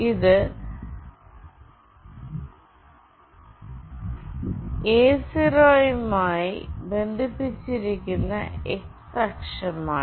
ഇത് A0 മായി ബന്ധിപ്പിച്ചിരിക്കുന്ന x അക്ഷമാണ്